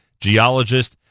geologist